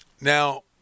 now